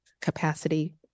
capacity